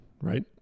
right